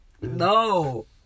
No